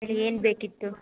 ಹೇಳಿ ಏನು ಬೇಕಿತ್ತು